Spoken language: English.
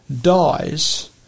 dies